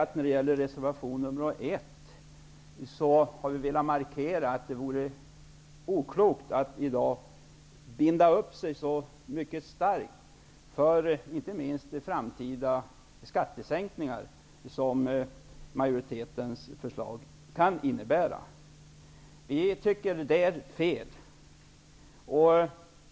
I reservation 1 har vi velat markera att det vore oklokt att i dag binda upp sig så starkt inte minst för framtida skattesänkningar som majoritetens förslag kan innebära. Vi tycker att det är fel.